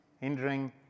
hindering